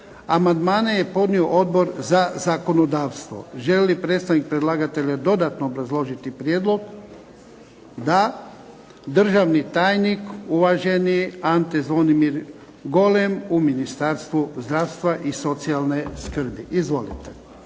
Amandmane je podnio Odbor za zakonodavstvo. Želi li predstavnik predlagatelja dodatno obrazložiti prijedlog? Da. Državni tajnik, uvaženi Ante Zvonimir Golem u Ministarstvu zdravstva i socijalne skrbi. Izvolite.